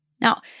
Now